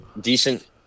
decent